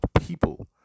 People